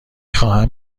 خواهم